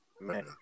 Man